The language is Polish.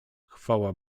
chwała